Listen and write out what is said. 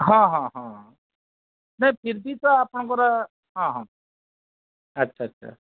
ହଁ ହଁ ହଁ ନାଇ ଫିର୍ ବି ତ ଆପଣଙ୍କର ହଁ ହଁ ଆଚ୍ଛା ଆଚ୍ଛା